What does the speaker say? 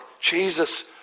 Jesus